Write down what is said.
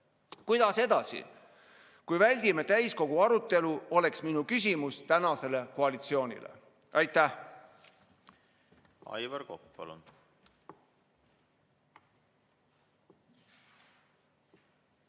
Kuidas edasi, kui väldime täiskogu arutelu – see oleks minu küsimus tänasele koalitsioonile. Aitäh!